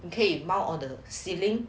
你可以 mount on the ceiling